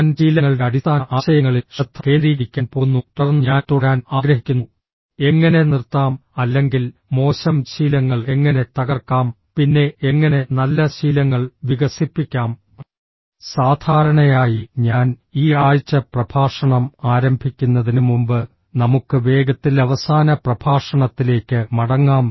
ഞാൻ ശീലങ്ങളുടെ അടിസ്ഥാന ആശയങ്ങളിൽ ശ്രദ്ധ കേന്ദ്രീകരിക്കാൻ പോകുന്നു തുടർന്ന് ഞാൻ തുടരാൻ ആഗ്രഹിക്കുന്നു എങ്ങനെ നിർത്താം അല്ലെങ്കിൽ മോശം ശീലങ്ങൾ എങ്ങനെ തകർക്കാം പിന്നെ എങ്ങനെ നല്ല ശീലങ്ങൾ വികസിപ്പിക്കാം സാധാരണയായി ഞാൻ ഈ ആഴ്ച പ്രഭാഷണം ആരംഭിക്കുന്നതിന് മുമ്പ് നമുക്ക് വേഗത്തിൽ അവസാന പ്രഭാഷണത്തിലേക്ക് മടങ്ങാം